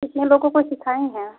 कितने लोगों को सिखाए हैं